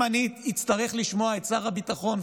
אם אני אצטרך לשמוע את שר הביטחון,